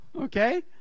Okay